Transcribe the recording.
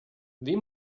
wie